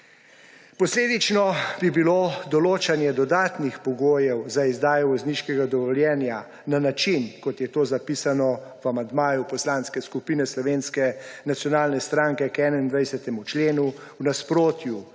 Posledično bi bilo določanje dodatnih pogojev za izdajo vozniškega dovoljenja na način, kot je to zapisano v amandmaju Poslanske skupine Slovenske nacionalne stranke k 21. členu, v nasprotju